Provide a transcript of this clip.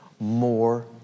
More